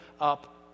up